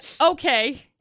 Okay